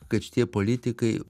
kad šitie politikai